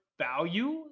value